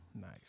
Nice